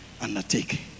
undertake